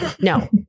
No